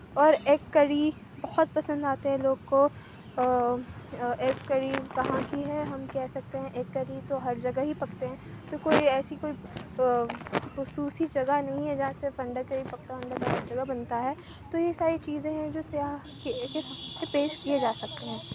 اور egg curry بہت پسند آتے ہیں لوگ کو ایگ کری کہاں کی ہے ہم کہہ سکتے ہیں ایگ کری تو ہر جگہ ہی پکتے ہیں تو کوئی ایسی کوئی خصوصی جگہ نہیں ہے جہاں صرف انڈا کری پکتا ہو انڈا تو ہر جگہ بنتا ہے تو یہ ساری چیزیں ہیں جو سیاح کے سامنے پیش کیے جا سکتے ہیں